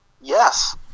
Yes